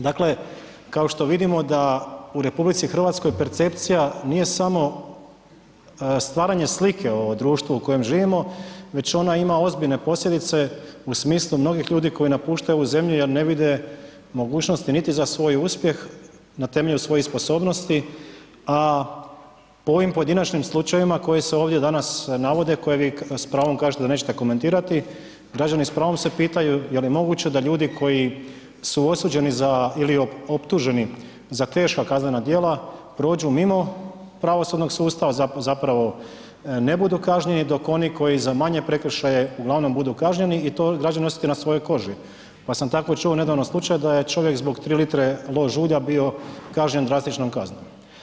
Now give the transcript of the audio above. Dakle, kao što vidimo da u RH percepcija nije samo stvaranje slike o društvu u kojem živimo, već ona ima ozbiljne posljedice u smislu mnogih ljudi koji napuštaju ovu zemlju jer ne vide mogućnosti niti za soj uspjeh na temelju svojih sposobnosti a po ovim pojedinačnim slučajevima koji se ovdje danas navode, koje vi s pravom kažete da nećete komentirati, građani s pravom se pitaju je li moguće da ljudi koji su osuđeni ili optuženi za teška kaznena djela prođu mimo pravosudnog sustava zapravo ne budu kažnjeni dok oni koji za manje prekršaje uglavnom budu kažnjeni i to građani osjete na svojoj koži pa sam tako čuo nedavno slučaj da je čovjek zbog 3 litre lož ulja bio kažnjen drastičnom kaznom.